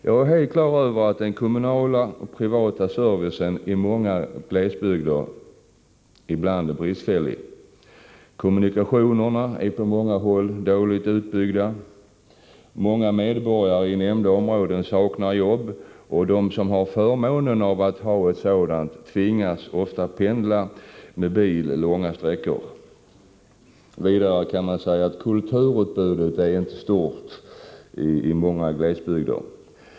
Jag är helt på det klara med att den kommunala och privata servicen i många glesbygder ibland är bristfällig. Kommunikationerna är på många håll dåligt utbyggda. Många medborgare i nämnda områden saknar jobb, och de som har förmånen att ha ett sådant tvingas ofta pendla med bil långa sträckor. 75 Vidare kan man säga att kulturutbudet inte är stort i många glesbygder.